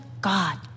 God